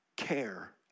care